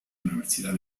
universidad